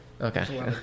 okay